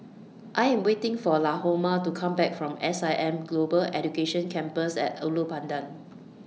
I Am waiting For Lahoma to Come Back from S I M Global Education Campus At Ulu Pandan